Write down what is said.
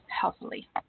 healthily